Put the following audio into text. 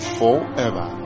forever